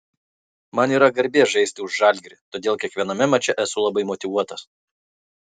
man yra garbė žaisti už žalgirį todėl kiekviename mače esu labai motyvuotas